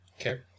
Okay